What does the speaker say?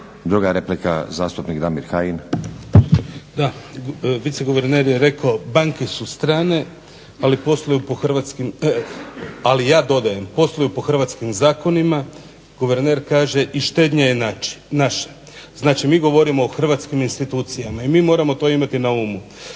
Damir Kajin. **Kajin, Damir (Nezavisni)** Da, viceguverner je rekao banke su strane, ali posluju po Hrvatskim, ali ja dodajem posluju po hrvatskim zakonima. Guverner kaže i štednja je naša, znači mi govorimo o hrvatskim institucijama i moramo to imati na umu.